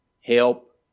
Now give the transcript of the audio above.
Help